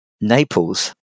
Naples